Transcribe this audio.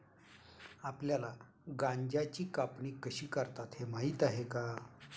आपल्याला गांजाची कापणी कशी करतात हे माहीत आहे का?